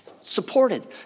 supported